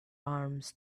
arms